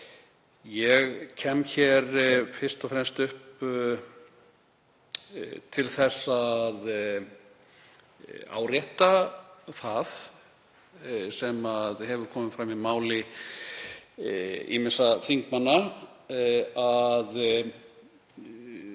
Ég kem hér fyrst og fremst upp til þess að árétta það sem hefur komið fram í máli ýmissa þingmanna að